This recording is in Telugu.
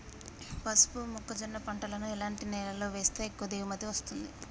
పసుపు మొక్క జొన్న పంటలను ఎలాంటి నేలలో వేస్తే ఎక్కువ దిగుమతి వస్తుంది?